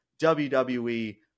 WWE